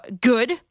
good